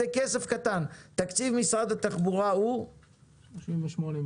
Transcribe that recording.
זה כסף קטן, תקציב משרד התחבורה הוא, כמה?